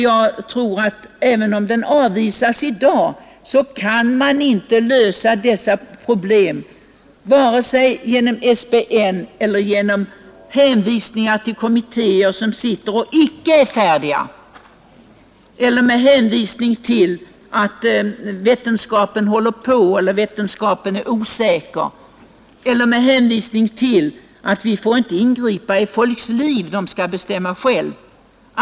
Även om förslaget avvisas i dag så kan man inte lösa detta problem vare sig genom SBN eller genom hänvisning till kommittéer som inte är färdiga eller med hänvisning till att vetenskapsmännen håller på att forska, vetenskapsmännen är osäkra. Man kan heller inte vinna något genom att hävda att vi får inte ingripa i människors liv, de måste bestämma själva.